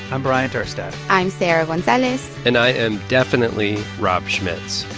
i'm bryant urstadt i'm sarah gonzalez and i am definitely rob schmitz.